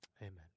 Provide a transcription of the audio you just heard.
Amen